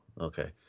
Okay